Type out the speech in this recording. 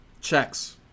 Checks